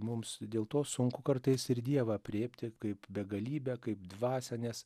mums dėl to sunku kartais ir dievą aprėpti kaip begalybę kaip dvasią nes